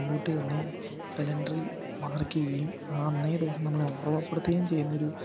മുൻകൂട്ടി തന്നെ കലണ്ടറിൽ മാർക്ക് ചെയ്യുകയും ആ അന്നേ ദിവസം നമ്മളെ ഓർമ്മപ്പെടുത്തുകയും ചെയ്യുന്നൊരു